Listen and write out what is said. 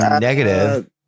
negative